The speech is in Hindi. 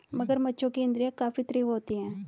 मगरमच्छों की इंद्रियाँ काफी तीव्र होती हैं